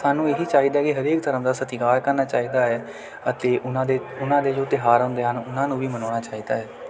ਸਾਨੂੰ ਇਹੀ ਚਾਹੀਦਾ ਕਿ ਹਰੇਕ ਧਰਮ ਦਾ ਸਤਿਕਾਰ ਕਰਨਾ ਚਾਹੀਦਾ ਹੈ ਅਤੇ ਉਹਨਾਂ ਦੇ ਉਹਨਾਂ ਦੇ ਜੋ ਤਿਉਹਾਰ ਆਉਂਦੇ ਹਨ ਉਹਨਾਂ ਨੂੰ ਵੀ ਮਨਾਉਣਾ ਚਾਹੀਦਾ ਹੈ